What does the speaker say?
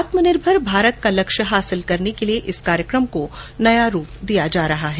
आत्मनिर्भर भारत का लक्ष्य हासिल करने के लिए इस कार्यक्रम को नया रूप दिया जा रहा है